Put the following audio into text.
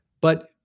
But-